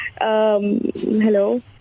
hello